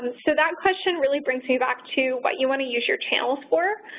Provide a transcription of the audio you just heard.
um so that question really brings me back to what you want to use your channels for.